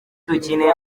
dukine